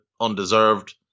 undeserved